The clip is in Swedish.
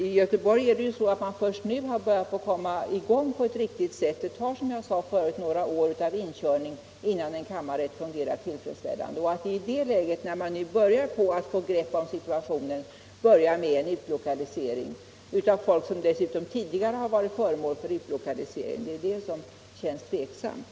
I Göteborg har man först nu börjat komma i gång på ett riktigt sätt; det tar några år av inkörning innan en kammarrätt fungerar tillfredsställande. Att man i ett läge när man börjar få grepp om situationen skall börja med en utlokalisering av folk som dessutom tidigare varit föremål för utlokalisering känns tveksamt.